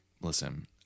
listen